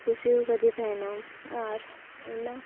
ᱠᱩᱥᱤ ᱟᱠᱟᱫᱮ ᱛᱟᱦᱮᱱᱟᱭ ᱟᱨ ᱚᱱᱟ